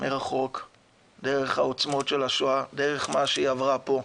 מרחוק דרך העוצמות של השואה, דרך מה שהיא עברה פה,